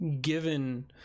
given